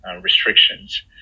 restrictions